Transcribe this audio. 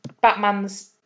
Batman's